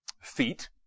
feet